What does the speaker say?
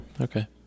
okay